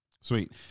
sweet